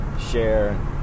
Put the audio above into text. share